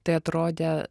tai atrodė